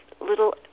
little